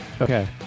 Okay